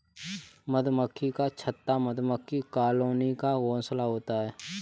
मधुमक्खी का छत्ता मधुमक्खी कॉलोनी का घोंसला होता है